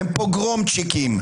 פוגרומצ'יקים.